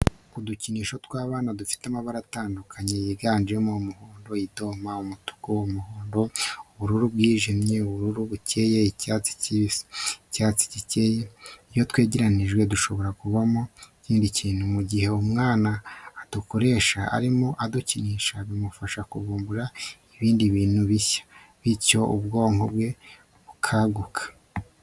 Udukinisho tw'abana dufite amabara atandukanye yiganjemo umuhondo, idoma, umutuku, umuhondo, ubururu bwijimye, ubururu bukeye, icyatsi kibisi, icyatsi gikeye, iyo twegeranyijwe dushobora kuvamo ikindi kintu, mu gihe umwana adukoresha arimo kudukinisha bimufasha kuvumbura ibindi bintu bishya bityo ubwonko bwe bukaguka.